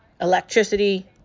electricity